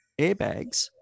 airbags